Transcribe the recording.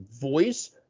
voice